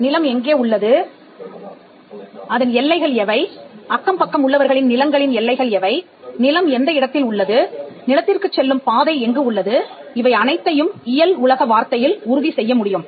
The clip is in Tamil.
நிலம் எங்கே உள்ளது அதன் எல்லைகள் எவை அக்கம்பக்கம் உள்ளவர்களின் நிலங்களின் எல்லைகள் எவை நிலம் எந்த இடத்தில் உள்ளது நிலத்திற்குச் செல்லும் பாதை எங்கு உள்ளது இவை அனைத்தையும் இயல் உலக வார்த்தையில் உறுதிசெய்ய முடியும்